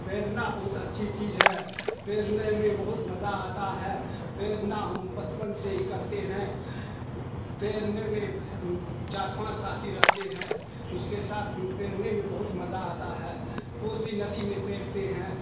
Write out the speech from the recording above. تیرنا بہت اچھی چیز ہے تیرنے میں بہت مزہ آتا ہے تیرنا ہم بچپن سے ہی کرتے ہیں تیرنے میں چار پانچ ساتھی رہتے ہیں اس کے ساتھ تیرنے میں بہت مزہ آتا ہے کوسی ندی میں تیرتے ہیں